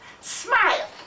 smile